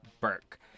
Burke